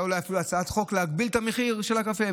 אולי אפילו הצעת חוק להגביל את המחיר של הקפה.